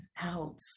out